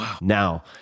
Now